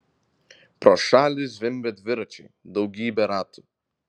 pro šalį zvimbė dviračiai daugybė ratų